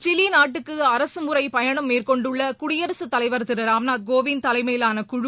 Chile நாட்டுக்கு அரசுமுறை பயணம் மேற்கொண்டுள்ள குடியரசுத் தலைவர் திரு ராம்நாத் கோவிந்த் தலைமையிலான குழு